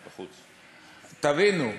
תבינו,